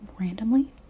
randomly